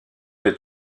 des